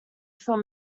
from